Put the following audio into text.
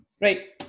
Right